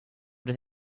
does